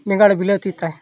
ᱵᱮᱸᱜᱟᱲ ᱵᱤᱞᱟᱹᱛᱤ ᱛᱟᱭ